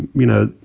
you know,